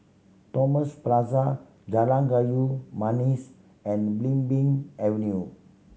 Thomas Plaza Jalan Kayu Manis and Belimbing Avenue